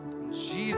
Jesus